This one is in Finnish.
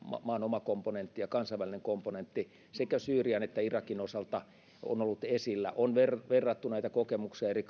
maan oma komponentti ja kansainvälinen komponentti on sekä syyrian että irakin osalta ollut esillä on verrattu näitä kokemuksia eri